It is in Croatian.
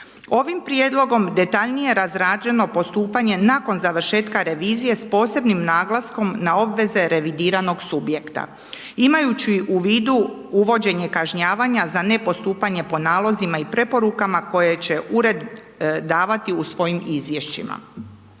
Ovim prijedlogom detaljnije je razrađeno postupanje nakon završetka revizije s posebnim naglaskom na obveze revidiranog subjekta imajući u vidu uvođenje kažnjavanja za nepostupanje po nalozima i preporukama koje će Ured davati u svojim izvješćima.